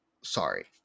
sorry